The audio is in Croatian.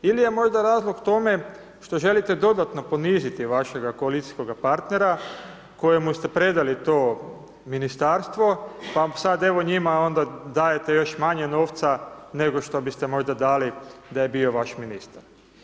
Ili je možda razlog tome što želite dodatno poniziti vašega koalicijskoga partnera, kojemu ste predali to ministarstvo, pa sad evo njima, onda dajete još manje novca, nego što biste možda dali, da je bio vaš ministar.